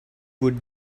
would